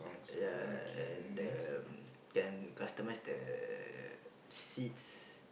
ya ya ya and the can customise the seats